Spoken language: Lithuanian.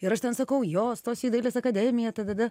ir aš ten sakau jo stosiu į dailės akademiją tadada